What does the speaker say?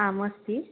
आम् अस्ति